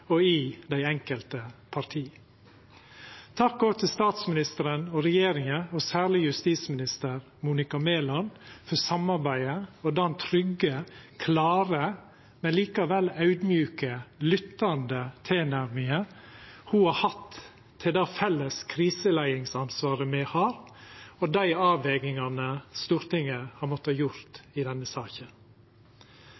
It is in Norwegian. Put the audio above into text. og i dei enkelte partia. Takk også til statsministeren og regjeringa og særleg justisminister Monica Mæland for samarbeidet og den trygge, klare, men likevel audmjuke, lyttande tilnærminga ho har hatt til det felles kriseleiingsansvaret me har, og dei avvegingane Stortinget har